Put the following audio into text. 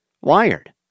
wired